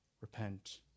Repent